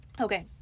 Okay